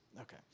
Okay